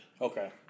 Okay